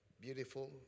beautiful